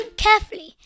carefully